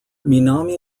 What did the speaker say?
minami